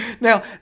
Now